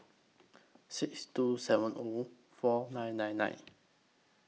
six two seven O four nine nine nine